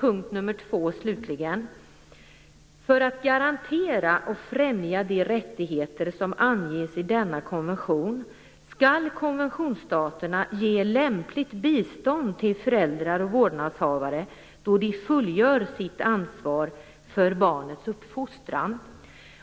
Punkt 2: "För att garantera och främja de rättigheter som anges i denna konvention skall konventionsstaterna ge lämpligt bistånd till föräldrar och vårdnadshavare då de fullgör sitt ansvar för barnets uppfostran."